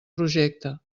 projecte